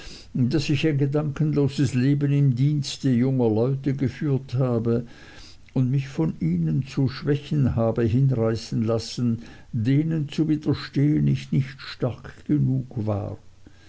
daß ich ein gedankenloses leben im dienste junger leute geführt habe und mich von ihnen zu schwächen habe hinreißen lassen denen zu widerstehen ich nicht stark genug war